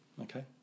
Okay